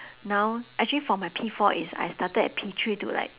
now actually for my P four is I started at P three to like